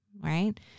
right